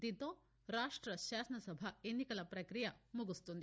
దీంతో రాష్ట శాసనసభ ఎన్నికల ప్రప్రియ ముగుస్తుంది